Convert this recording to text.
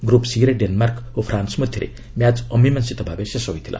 group ସି'ରେ Denmark ଓ France ମଧ୍ୟରେ ମ୍ୟାଚ୍ ଅମୀମାଂସିତ ଭାବେ ଶେଷ ହୋଇଥିଲା